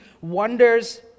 wonders